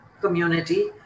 community